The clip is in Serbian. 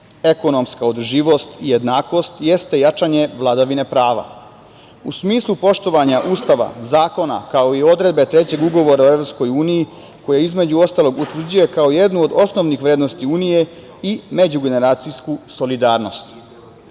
ekonomska održivost i jednakost, jeste jačanje vladavine prava. U smislu poštovanja Ustava, zakona, kao i odredbe trećeg Ugovora Evropskoj uniji, koja između ostalog utvrđuje kao jednu od osnovnih vrednosti Unije i međugeneracijsku solidarnost.